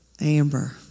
Amber